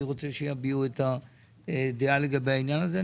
אני רוצה שיביעו את הדעה לגבי העניין הזה.